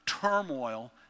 turmoil